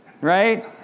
right